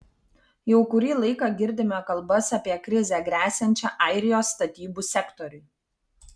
jau kurį laiką girdime kalbas apie krizę gresiančią airijos statybų sektoriui